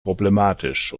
problematisch